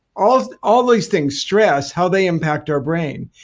all all these things, stress, how they impact our brain.